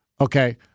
Okay